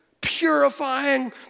purifying